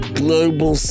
global